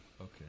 Okay